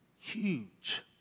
huge